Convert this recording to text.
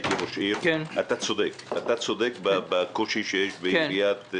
הייתי ראש עיר ואתה צודק בקושי שיש בעירייה.